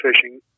fishing